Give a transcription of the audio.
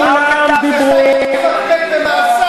אז אתה מפקפק במעשיו?